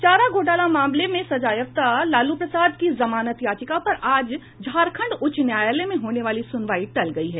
चारा घोटाला मामले में सजायाफ्ता लालू प्रसाद की जमानत याचिका पर आज झारखंड उच्च न्यायालय में होने वाली सुनवाई टल गयी है